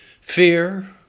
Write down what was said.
fear